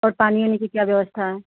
और पानी उनी की क्या व्यवस्था है